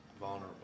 vulnerable